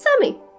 Sammy